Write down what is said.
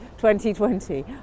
2020